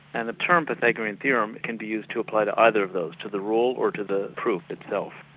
and the term pythagorean theorem can be used to apply to either of those, to the rule or to the proof itself.